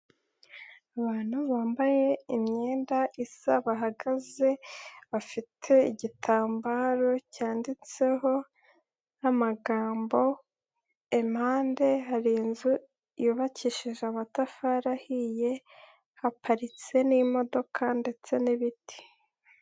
Abantu bambaye imyenda isa bahagaze bafite igitambaro cyanditseho n'amagambo, impande hari inzu yubakishije amatafari ahiye haparitse n'imodoka ndetse n'ibiti.